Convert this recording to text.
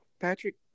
Patrick